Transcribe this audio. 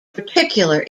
particular